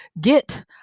get